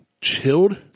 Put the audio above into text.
chilled